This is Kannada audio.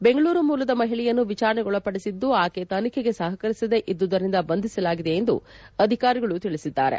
ಬೆಂಗಳೂರು ಮೂಲದ ಮಹಿಳೆಯನ್ನು ವಿಚಾರಣೆಗೊಳಪಡಿಸಿದ್ದು ಆಕೆ ತನಿಖೆಗೆ ಸಹಕರಿಸದೆ ಇದ್ದುದರಿಂದ ಬಂಧಿಸಲಾಗಿದೆ ಎಂದು ಅಧಿಕಾರಿಗಳು ತಿಳಿಸಿದ್ದಾರೆ